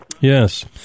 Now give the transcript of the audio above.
yes